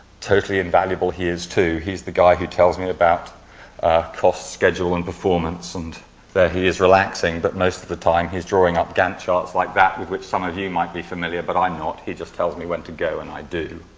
totally invaluable he is too. he's the guy who tells me about costs, schedule, and performance and there he is relaxing, but most of the time, he's drawing up gantt charts like with which some of you might be familiar, but i'm not. he just tells me when to go and i do.